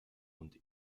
und